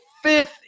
fifth